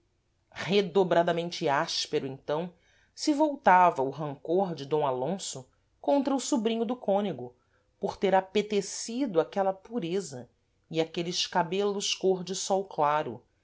neve redobradamente áspero então se voltava o rancor de d alonso contra o sobrinho do cónego por ter apetecido aquela pureza e aqueles cabelos côr de sol claro